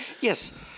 Yes